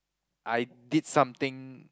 I did something